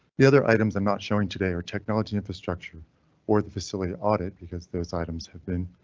the other items i'm not showing today are technology infrastructure or the facility audit because those items have been